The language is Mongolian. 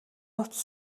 утас